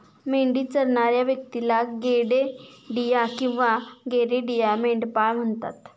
मेंढी चरणाऱ्या व्यक्तीला गडेडिया किंवा गरेडिया, मेंढपाळ म्हणतात